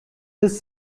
this